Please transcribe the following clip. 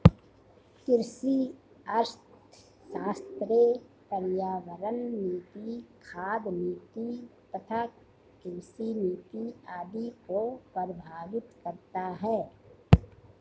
कृषि अर्थशास्त्र पर्यावरण नीति, खाद्य नीति तथा कृषि नीति आदि को प्रभावित करता है